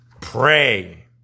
Pray